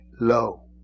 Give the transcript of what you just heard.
low